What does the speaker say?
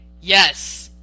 Yes